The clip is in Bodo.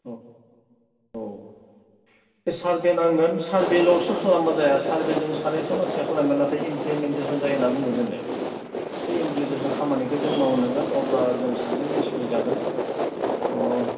अ औ बे सार्भे नांगोन सार्भेल'सो खालामोबा जाया सार्भेजों सानैसो मानसिया खालामो नाथाय इमप्लिमेन्टेस'न जायो होनना बुङो जोङो बे इमप्लिमेन्टेस'न खामानिखौ जों मावनांगोन अब्ला जों सानो निस्सय जागोन अ